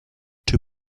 too